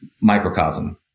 microcosm